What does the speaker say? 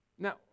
Now